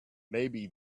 maybe